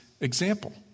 example